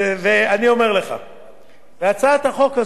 הצעת החוק הזאת היא הצעת חוק משולבת,